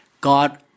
God